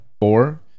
Four